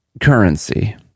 currency